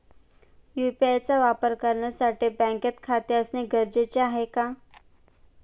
UPI चा वापर करण्यासाठी बँकेत खाते असणे गरजेचे आहे का?